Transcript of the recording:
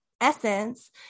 essence